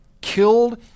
killed